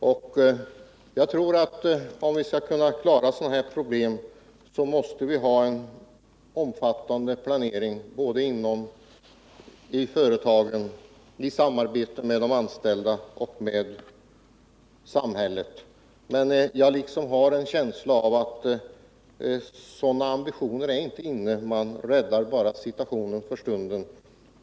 Som jag ser det måste vi, om vi skall kunna lösa sådana problem som dessa, ha en omfattande planering inom företagen, en planering som sker i samarbete med de anställda och i samarbete med samhället. Men jag har en känsla av att sådana ambitioner inte är inne, utan man räddar situationen för stunden.